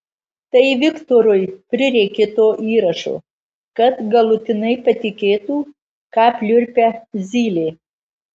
tai viktorui prireikė to įrašo kad galutinai patikėtų ką pliurpia zylė